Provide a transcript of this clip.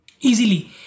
Easily